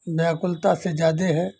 व्याकुलता से ज़्यादा है